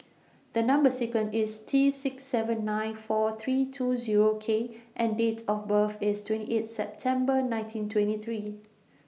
The Number sequence IS T six seven nine four three two Zero K and Date of birth IS twenty eight September nineteen twenty three